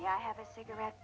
yeah have a cigarette